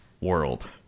world